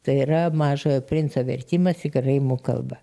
tai yra mažojo princo vertimas į karaimų kalbą